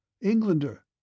Englander